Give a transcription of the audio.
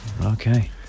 Okay